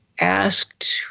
asked